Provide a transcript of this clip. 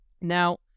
Now